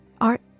Art